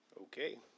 Okay